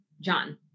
John